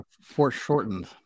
foreshortened